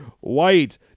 White